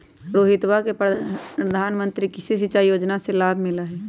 रोहितवा के प्रधानमंत्री कृषि सिंचाई योजना से लाभ मिला हई